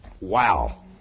Wow